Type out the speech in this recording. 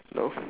no